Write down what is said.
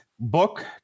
Book